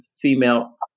female